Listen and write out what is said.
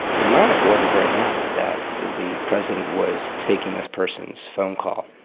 and monica wasn't very happy that the president was taking this person's phone call.